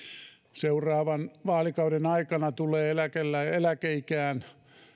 seuraavan vaalikauden aikana tulee eläkeikään